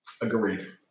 Agreed